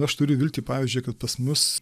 aš turiu viltį pavyzdžiui kad pas mus